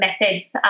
methods